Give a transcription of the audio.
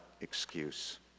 excuse